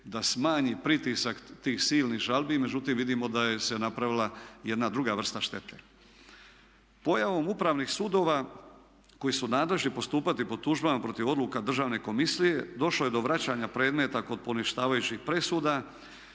da smanji pritisak tih silnih žalbi međutim vidimo da se napravila jedna druga vrsta štete. Pojavom upravnih sudova koji su nadležni postupati po tužbama protiv odluka Državne komisije došlo je do vraćanja predmeta kod poništavajućih presuda